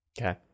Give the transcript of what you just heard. Okay